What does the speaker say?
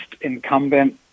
incumbent